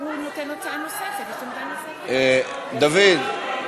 מדובר פה בהסתה.